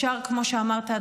כמו שאמרת,